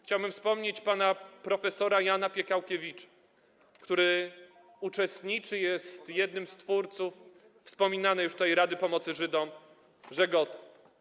Chciałbym wspomnieć pana prof. Jana Piekałkiewicza, który uczestniczył, był jednym z twórców wspominanej już tutaj Rady Pomocy Żydom „Żegota”